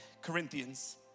Corinthians